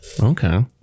Okay